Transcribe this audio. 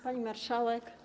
Pani Marszałek!